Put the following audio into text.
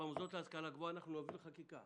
ובמוסדות להשכלה גבוהה, אנחנו נוביל חקיקה